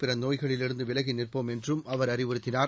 பிறநோய்களிலிருந்துவிலகிநிற்போம் என்றும் அவர் அறிவுறுத்தினார்